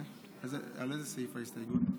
על איזה סעיף ההסתייגות?